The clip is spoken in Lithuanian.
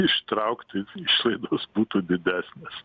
ištraukti išlaidos būtų didesnis